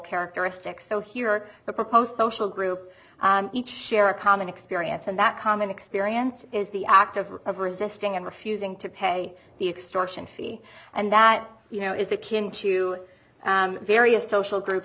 characteristic so here are the proposed social group each share a common experience and that common experience is the act of of resisting and refusing to pay the extortion fee and that you know is that kin to various social groups